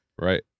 Right